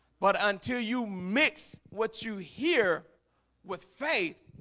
but until you mix what you hear with faith